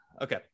Okay